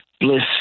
Bliss